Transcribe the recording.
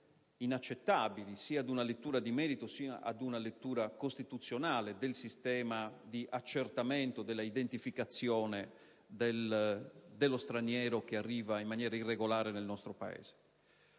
tutto inaccettabili, sia ad una lettura di merito, sia ad una lettura costituzionale del sistema di accertamento della identificazione dello straniero che arriva in maniera irregolare nel nostro Paese.